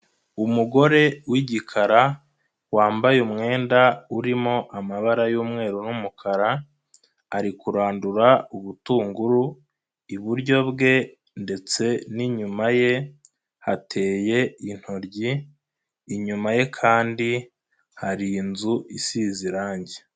Umugore w'igikara wambaye umwenda urimo amabara y'umweru n'umukara ari kurandura ubutunguru iburyo bwe ndetse n'inyuma ye hateye intoryi, inyuma ye kandi hari inzu isize irangi.